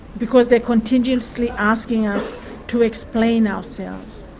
because they're continuously asking us to explain ourselves